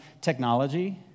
technology